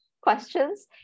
questions